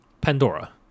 Pandora